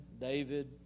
David